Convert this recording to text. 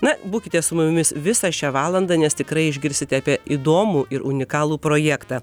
na būkite su mumis visą šią valandą nes tikrai išgirsite apie įdomų ir unikalų projektą